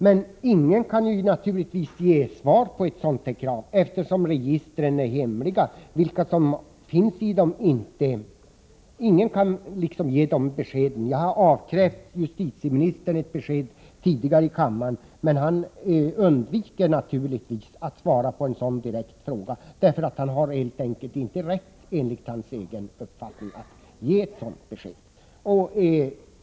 Men ingen kan naturligtvis ge svar härvidlag, eftersom registren är hemliga. Ingen kan ge besked om vilka som finns med där. Jag har tidigare avkrävt justitieministern ett besked här i kammaren, men han undviker att svara på en sådan direkt fråga, naturligtvis därför att han enligt egen uppfattning helt enkelt inte har rätt att ge ett sådant besked.